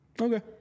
Okay